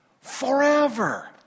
forever